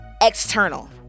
external